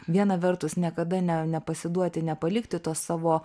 viena vertus niekada ne nepasiduoti nepalikti to savo